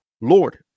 Lord